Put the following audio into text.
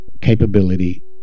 capability